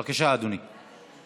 בבקשה, אדוני.